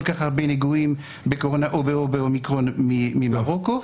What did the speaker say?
כך הרבה נגועים בקורונה או באומיקרון ממרוקו.